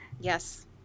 Yes